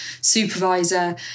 supervisor